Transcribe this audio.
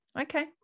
okay